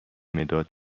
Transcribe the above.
مداد